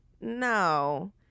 No